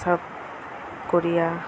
South Korea